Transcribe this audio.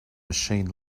machine